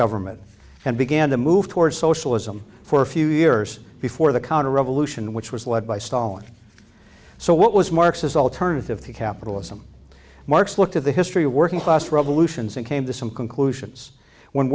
government and began to move towards socialism for a few years before the counter revolution which was led by stalin so what was marx as alternative to capitalism marx looked at the history of working class revolutions and came to some conclusions when